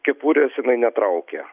kepurės jinai netraukė